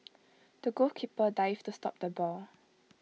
the goalkeeper dived to stop the ball